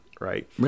right